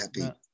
happy